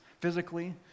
physically